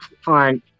Fine